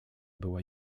była